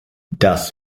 das